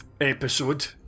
episode